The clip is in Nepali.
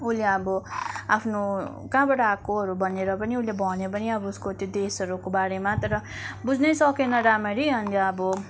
उसले अब आफ्नो कहाँबाट आएकोहरू भनेर पनि उसले भन्यो पनि अब उसको त्यो देशहरूको बारेमा तर बुझ्नै सकिएन राम्ररी अनि अब